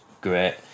great